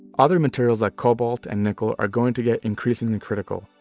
other materials like cobalt and nickel are going to get increasingly critical,